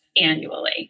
annually